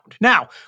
Now